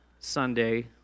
Sunday